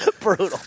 brutal